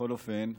בכל אופן,